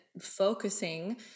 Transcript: focusing